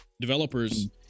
developers